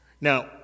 Now